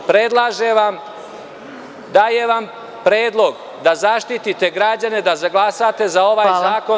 Predlažem vam i dajem vam predlog da zaštitite građane, da glasate za ovaj zakon.